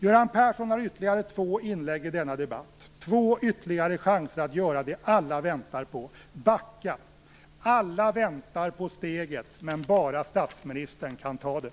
Göran Persson har ytterligare två inlägg i denna debatt, ytterligare två chanser att göra det som alla väntar på, att backa. Alla väntar på steget, men bara statsministern kan ta det.